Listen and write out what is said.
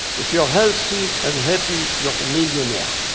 if you're healthy and happy, you're a millionaire.